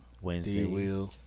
Wednesdays